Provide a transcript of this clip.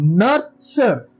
nurture